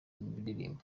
ndirimbo